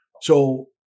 so-